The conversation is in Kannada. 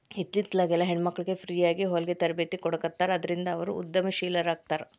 ಇತ್ತಿತ್ಲಾಗೆಲ್ಲಾ ಹೆಣ್ಮಕ್ಳಿಗೆ ಫ್ರೇಯಾಗಿ ಹೊಲ್ಗಿ ತರ್ಬೇತಿ ಕೊಡಾಖತ್ತಾರ ಅದ್ರಿಂದ ಅವ್ರು ಉದಂಶೇಲರಾಕ್ಕಾರ